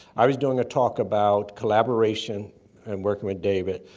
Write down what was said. i was doing a talk about collaboration and working with david.